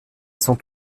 sont